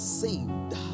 saved